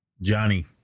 Johnny